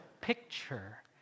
picture